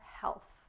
health